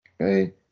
Okay